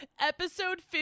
Episode